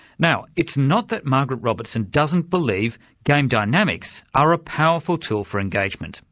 now it's not that margaret robertson doesn't believe game dynamics are a powerful tool for engagement,